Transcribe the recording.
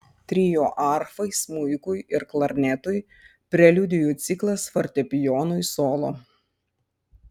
trio arfai smuikui ir klarnetui preliudijų ciklas fortepijonui solo